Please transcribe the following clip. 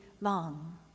long